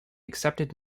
accepted